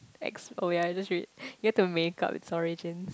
ex oh ya I just read you had to make up it's origins